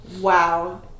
Wow